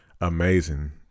amazing